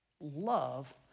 love